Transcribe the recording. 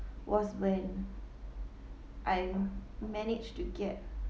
was when I managed to get